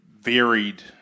varied